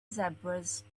zebras